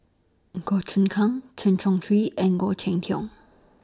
Goh Choon Kang Chen Chong Swee and Khoo Cheng Tiong